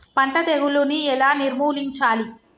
పంట తెగులుని ఎలా నిర్మూలించాలి?